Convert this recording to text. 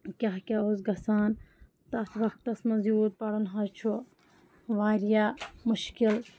کیٛاہ کیٛاہ اوس گژھان تَتھ وقتَس منٛز یوٗت پَرُن حظ چھُ واریاہ مُشکِل